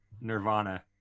Nirvana